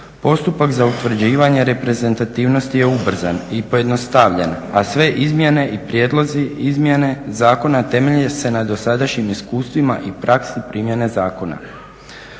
Postupak za utvrđivanje reprezentativnosti je ubrzan i pojednostavljen, a sve izmjene i prijedlozi izmjene zakona temelje se na dosadašnjim iskustvima i praksi primjene zakona.